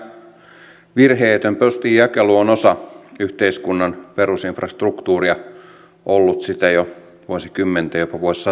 täsmällinen ja virheetön postinjakelu on osa yhteiskunnan perusinfrastruktuuria on ollut sitä jo vuosikymmenten jopa vuosisatojen ajan